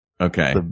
Okay